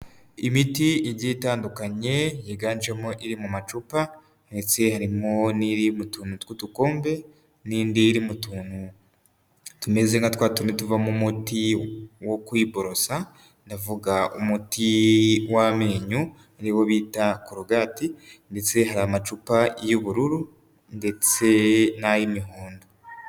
Imiti igiye itandukanye yiganjemo iri mu macupa ndetse harimo n'iri mu tuntu tw'udukombe, n'indi iri mu tuntu tumeze na twa tundi tuvamo umuti wo kwiborosa, ndavuga umuti w'amenyo ari wo bita korogati ndetse hari amacupa y'ubururu ndetse n'ay'imihondo.